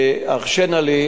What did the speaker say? הרשה נא לי,